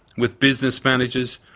with business managers,